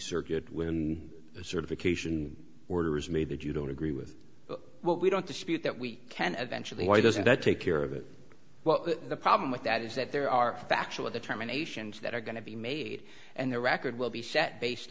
circuit when the certification order is me that you don't agree with what we don't dispute that we can eventually why doesn't that take care of it well the problem with that is that there are factual determination that are going to be made and the record will be set based